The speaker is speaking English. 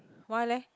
why leh